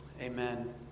Amen